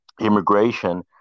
immigration